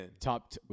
Top